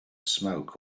smoke